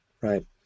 right